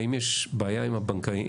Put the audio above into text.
האם יש בעיה עם הבנקים?